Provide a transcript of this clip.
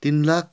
तिन लाख